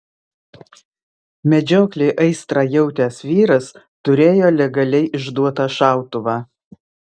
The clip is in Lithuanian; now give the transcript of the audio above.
medžioklei aistrą jautęs vyras turėjo legaliai išduotą šautuvą